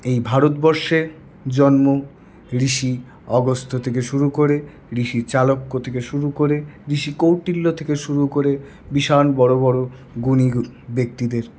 এই ভারতবর্ষে জন্ম ঋষি অগস্ত্য থেকে শুরু করে ঋষি চাণক্য থেকে শুরু করে ঋষি কৌটিল্য থেকে শুরু করে বিশাল বড় বড় গুণী ব্যাক্তিদের